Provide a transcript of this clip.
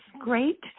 great